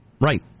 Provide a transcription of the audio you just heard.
Right